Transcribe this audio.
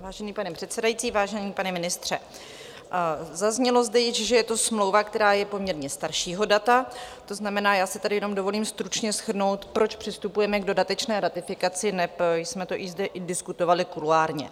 Vážený pane předsedající, vážený pane ministře, zaznělo zde již, že je to smlouva, která je poměrně staršího data, to znamená, já si tady jenom dovolím stručně shrnout, proč přistupujeme k dodatečné ratifikaci, neb jsme to již zde diskutovali kuloárně.